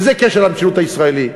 וזה כשל של המציאות הישראלית.